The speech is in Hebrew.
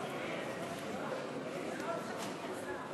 חבר הכנסת משה כחלון, בבקשה,